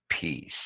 peace